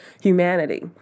humanity